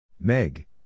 Meg